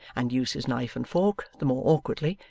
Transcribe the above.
and use his knife and fork the more awkwardly,